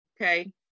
Okay